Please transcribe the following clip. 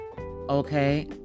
Okay